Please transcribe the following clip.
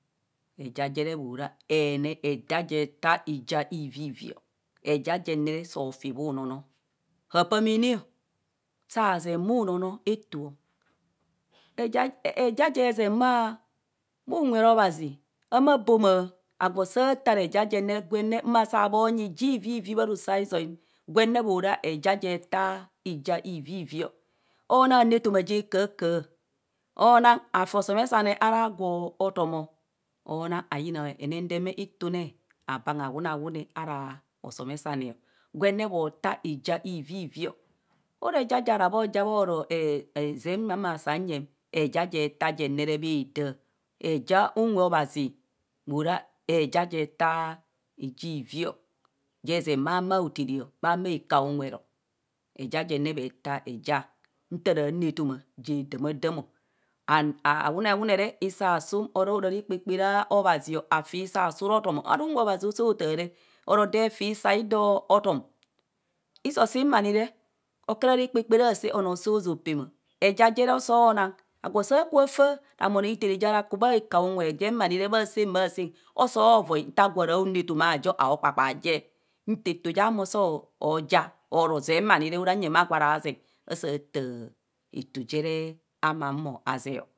Eja jere moro eja taa ija ivivivi o eja jen ne re soo fi bhu noonoo ha pamene o sazeng bhu noono eto o eja je zeeny bhu nwero obhazi hama bomaa agwo san tan eja jen nere gwene ma saa monyi ija ivivi bharosizco m gwenne mora eja je taa oja ivivi o onaa anu etomo ja kahakaha, onaa afi osomesane ara gwo otom, onaa ayina henendeme itune abangha awunawune ara osome sane gwenne mo taa ija vivivio. Ora eja, ja ara bho ja moro e e zee zee ma sa bha yem, eja je taa jen nere baa daa, ejaa unwe obhazi mora eja je tag ji ivio je zeng oman otheres bha ma kaha unwe, eja jone mee taa eja ntara nu etama je damaadamo ano awuneawune re hiso asum ara ora rikpa kpani obhazio afi hisso, asu atom ara unwe obbazi osa taa re ora dee fi hiso aidoo otom. hiso sim ma ni re okura rekpakpari asaa onoo saa hozo peema aja je re osoo nang agwo saa kuba faa ramen aithere ja ra ku bha kaha unwe gwem ma ni ne saan bha osoo voi taa anu etoma ajo aukpakpaa je eto ja mo soo ja oro zema nire oraneyem agwoo arazeng asaa taa eto jere ma humo azeeo ong thes ete o ja vivi 0.